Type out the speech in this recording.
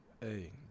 Hey